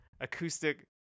Acoustic